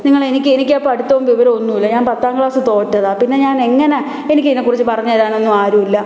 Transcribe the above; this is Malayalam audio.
നിങ്ങളെനിക്ക് എനിക്ക് ആ പഠിത്തവും വിവരവുമൊന്നുമില്ല ഞാൻ പത്താം ക്ലാസ്സ് തോറ്റതാണ് പിന്നെ ഞാൻ എങ്ങനെ എനിക്ക് ഇതിനെക്കുറിച്ച് പറഞ്ഞു തരാനൊന്നും ആരുമില്ല